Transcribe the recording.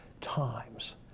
times